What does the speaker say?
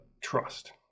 trust